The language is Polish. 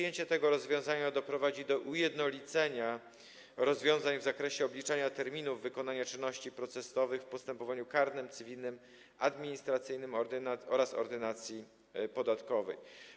Jego przyjęcie doprowadzi do ujednolicenia rozwiązań w zakresie obliczania terminów wykonania czynności procesowych w postępowaniu karnym, cywilnym, administracyjnym oraz w Ordynacji podatkowej.